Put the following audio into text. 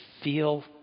feel